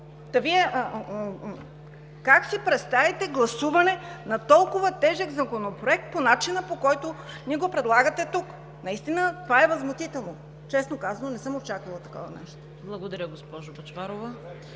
Как си представяте гласуване на толкова тежък Законопроект по начина, по който ни го предлагате тук? Наистина това е възмутително! Честно казано, не съм очаквала такова нещо! ПРЕДСЕДАТЕЛ ЦВЕТА